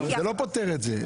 זה לא פותר את זה,